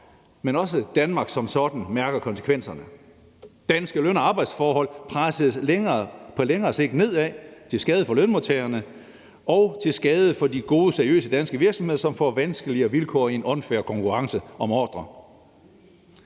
men også Danmark som sådan mærker konsekvenserne. Danske løn- og arbejdsforhold presses på længere sigt nedad til skade for lønmodtagerne og til skade for de gode, seriøse danske virksomheder, som får vanskeligere vilkår i en unfair konkurrence om ordrer